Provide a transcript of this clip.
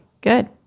Good